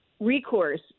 recourse